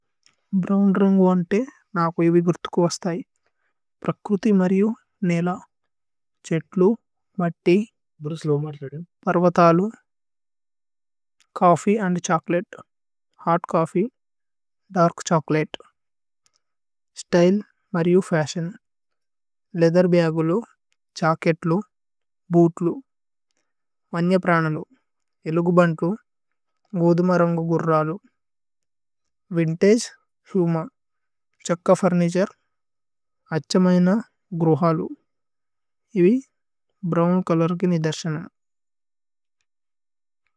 ഭ്രോവ്ന് രന്ഗു അന്തേ നാകു ഏവി ഗുര്ഥുകു അസ്തയി। പ്രക്രുഥി മര്യു നീല ഛ്ഹേത്ലു, മത്തി, പര്വതലു। Coffee and chocolate hot coffee dark chocolate. Style മര്യു ഫശിഓന് ലേഅഥേര് ബഗുലു ജച്കേത്ലു। ബൂത്ലു വന്യ പ്രനലു ഏലുഗു ബന്ദ്ലു ഗോദുമ രന്ഗു। ഗുര്രലു വിന്തഗേ ഫുമ ഛ്ഹക്ക ഫുര്നിതുരേ അഛ്ഛമയന। ഗ്രോഹലു ഏവി ബ്രോവ്ന് ചോലോര് കിനി ദര്ശനമ്।